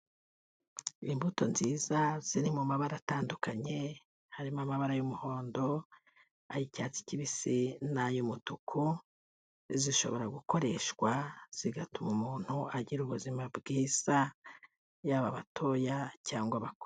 Imbuto nziza ziri mu mabara atandukanye, harimo amabara y'umuhondo , ay'icyatsi kibisi n'ay'umutuku, zishobora gukoreshwa, zigatuma umuntu agira ubuzima bwiza, yaba abatoya cyangwa abakuru.